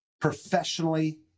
professionally